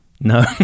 No